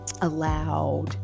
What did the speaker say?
allowed